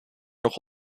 nog